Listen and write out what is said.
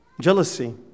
jealousy